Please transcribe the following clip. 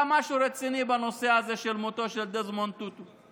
משהו רציני בנושא הזה של מותו של דזמונד טוטו,